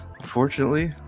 unfortunately